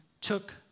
took